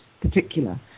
particular